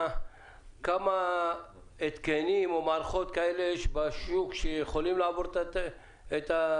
כמה התקנים או מערכות כאלה יש בשוק שיכולים לעבור את התקינה?